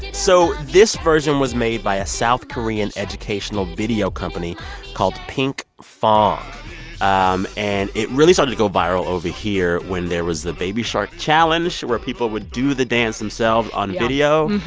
so this version was made by a south korean educational video company called pinkfong. um and it really started to go viral over here when there was the baby shark challenge where people would do the dance themselves on video,